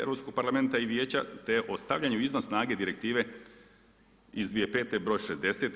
Europskog parlamenta i Vijeća, te o stavljanju izvan snage Direktive iz 2005. broj 60.